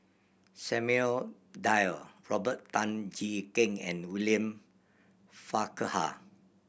Samuel Dyer Robert Tan Jee Keng and William Farquhar